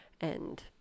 And-